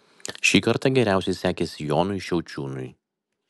šį kartą geriausiai sekėsi jonui šiaučiūnui